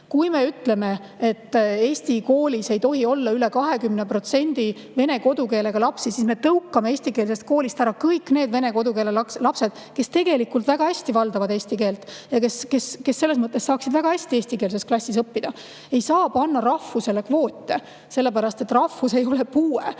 Kui me ütleme, et eesti koolis ei tohi olla üle 20% vene kodukeelega lapsi, siis me tõukame eestikeelsest koolist ära ka osa vene kodukeelega lapsi, kes tegelikult väga hästi valdavad eesti keelt ja kes saaksid väga hästi eestikeelses klassis õppida.Me ei saa panna rahvuse järgi kvoote, sellepärast et rahvus ei ole puue.